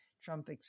Trump